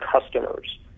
customers